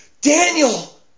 Daniel